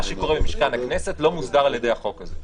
מה שקורה במשכן הכנסת לא מוסדר על ידי החוק הזה.